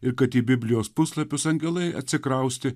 ir kad į biblijos puslapius angelai atsikraustė